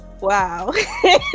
Wow